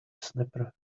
snapper